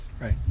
Right